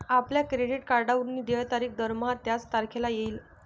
आपल्या क्रेडिट कार्डवरून देय तारीख दरमहा त्याच तारखेला येईल